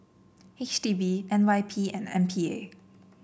H D B N Y P and M P A